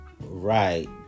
right